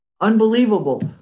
unbelievable